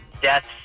death